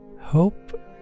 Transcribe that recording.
hope